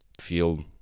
feel